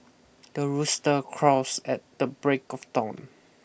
the rooster crows at the break of dawn